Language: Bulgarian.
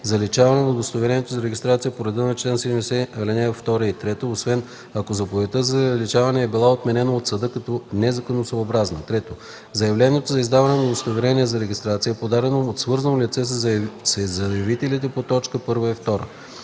заличаване на удостоверението за регистрация по реда на чл. 70, ал. 2 и 3, освен ако заповедта за заличаване е била отменена от съда като незаконосъобразна; 3. заявлението за издаване на удостоверение за регистрация е подадено от свързано лице със заявителите по т. 1 и 2;